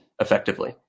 effectively